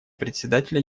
председателя